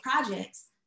projects